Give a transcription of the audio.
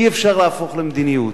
אי-אפשר להפוך למדיניות.